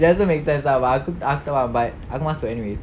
it doesn't makes sense but aku aku tak faham but aku masuk anyway